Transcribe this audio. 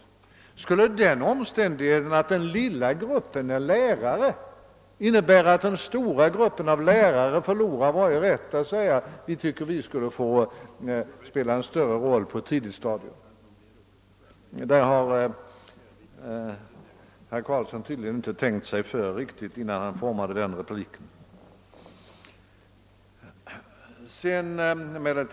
Skulle den omständigheten att den lilla gruppen består av lärare innebära att den stora gruppen lärare förlorar varje rätt att säga: »Vi tycker att vi borde få spela en större roll på ett tidigt stadium?» Herr Carlsson har tydligen inte tänkt sig för riktigt innan han formade sin replik.